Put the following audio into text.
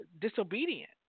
disobedient